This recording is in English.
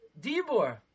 Dibor